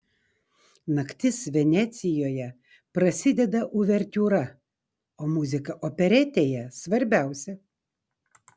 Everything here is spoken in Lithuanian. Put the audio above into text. naktis venecijoje prasideda uvertiūra o muzika operetėje svarbiausia